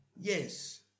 Yes